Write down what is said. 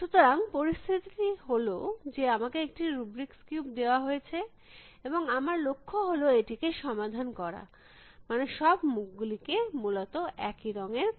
সুতরাং পরিস্থিতিটি হল যে আমাকে একটি রুবিক্স কিউব দেওয়া হয়েছে এবং আমার লক্ষ্য হল এটিকে সমাধান করা মানে সব মুখ গুলিকে মূলত একই রঙের করা